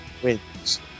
wins